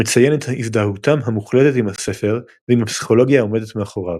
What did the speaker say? מציין את הזדהותם המוחלטת עם הספר ועם הפסיכולוגיה העומדת מאחוריו.